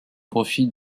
profit